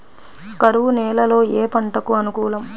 కరువు నేలలో ఏ పంటకు అనుకూలం?